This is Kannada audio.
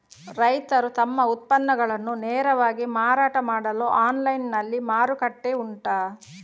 ರೈತರು ತಮ್ಮ ಉತ್ಪನ್ನಗಳನ್ನು ನೇರವಾಗಿ ಮಾರಾಟ ಮಾಡಲು ಆನ್ಲೈನ್ ನಲ್ಲಿ ಮಾರುಕಟ್ಟೆ ಉಂಟಾ?